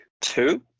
two